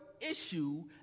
issue